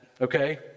okay